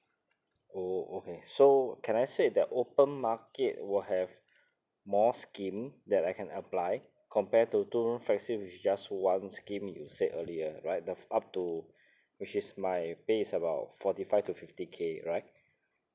oh okay so can I say that open market will have more scheme that I can apply compared to two room flexi which is just one scheme you said earlier right the up to which is my pay is about forty five to fifty K right